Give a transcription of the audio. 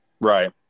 Right